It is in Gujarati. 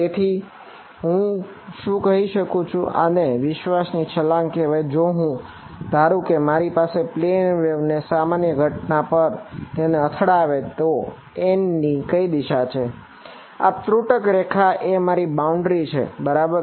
તેથી હવે હું શું કહી શકું કે આને વિશ્વાસની છલાંગ કહેવાય છે જો હું ધારું કે મારી છે કે તે પ્લેન વેવ છે બરાબર